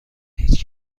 هیچ